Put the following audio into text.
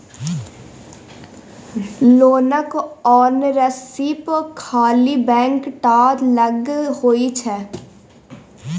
लोनक ओनरशिप खाली बैंके टा लग होइ छै